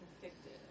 convicted